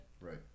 Right